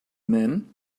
men